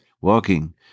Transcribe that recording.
walking